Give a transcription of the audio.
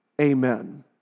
Amen